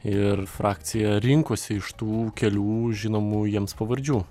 ir frakcija rinkosi iš tų kelių žinomų jiems pavardžių